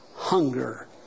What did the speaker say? Hunger